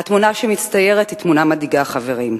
והתמונה שמצטיירת היא תמונה מדאיגה, חברים.